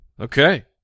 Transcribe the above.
okay